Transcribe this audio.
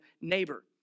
neighbor